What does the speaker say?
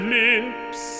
lips